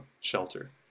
shelter